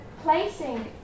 Placing